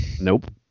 Nope